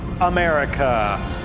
America